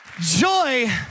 Joy